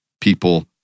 people